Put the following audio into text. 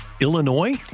Illinois